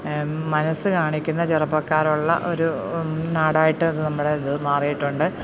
മനസ്സ് കാണിക്കുന്ന ചെറുപ്പക്കാരുള്ള ഒരു നാടായിട്ട് അത് നമ്മുടേത് മാറിയിട്ടുണ്ട്